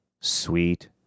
sweet